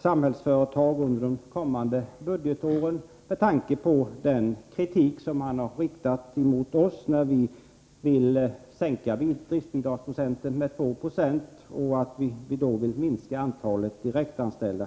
Samhällsföretag under de kommande budgetåren med tanke på den kritik som man har riktat mot oss när vi ville sänka driftbidraget med 2 96 och minska antalet direktanställda.